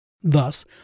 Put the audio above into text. Thus